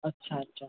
अच्छा अच्छा